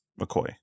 McCoy